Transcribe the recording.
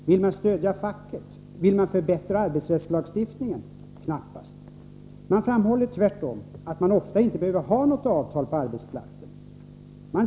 Vill de stödja facket? Vill de förbättra arbetsrättslagstiftningen? Knappast! De framhåller tvärtom att man ofta inte behöver ha något avtal på arbetsplatserna.